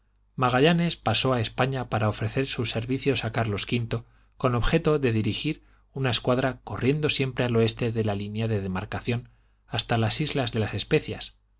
magallanes pasó a españa para ofrecer sus servicios a carlos v con objeto de dirigir una escuadra corriendo siempre al oeste de la línea de demarcación hasta las islas de las especias